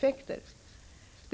Differentieringen